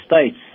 states